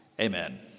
Amen